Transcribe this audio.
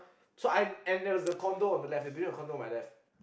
so I and there was the condo on the left they were building a condo on my left